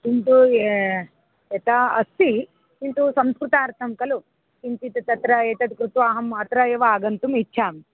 किन्तु यथा अस्ति किन्तु संस्कृतार्थं खलु किञ्चित् तत्र एतद् कृत्वा अहम् अत्र एव आगन्तुम् इच्छामि